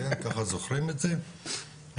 ככה זוכרים את זה,